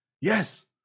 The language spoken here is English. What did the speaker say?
Yes